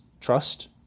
Trust